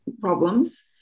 problems